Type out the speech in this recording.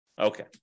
okay